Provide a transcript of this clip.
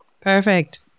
Perfect